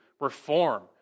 reform